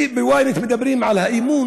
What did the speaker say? וב-ynet מדברים על האמון